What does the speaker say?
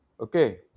Okay